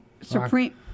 Supreme